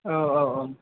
औ औ औ